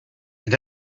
and